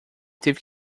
teve